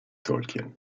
tolkien